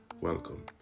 Welcome